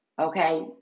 okay